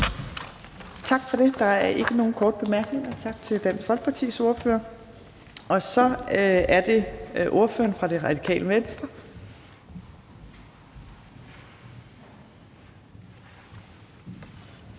Tak for det. Der er ikke nogen korte bemærkninger. Tak til Dansk Folkepartis ordfører, og så går vi videre til Det Radikale Venstres